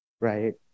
right